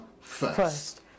first